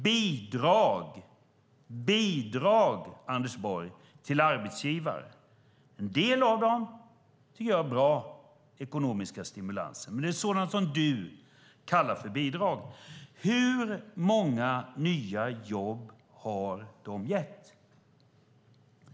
Bidrag - bidrag till arbetsgivare, Anders Borg. En del av dem tycker jag är bra ekonomiska stimulanser, men det är sådant som du kallar bidrag. Hur många nya jobb har de gett?